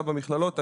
במכללות,